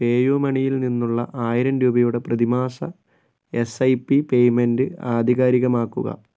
പേയുമണിയിൽ നിന്നുള്ള ആയിരം രൂപയുടെ പ്രതിമാസ എസ്ഐപി പേയ്മെൻറ്റ് ആധികാരികമാക്കുക